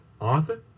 Arthur